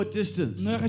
distance